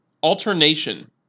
Alternation